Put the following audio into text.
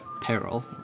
peril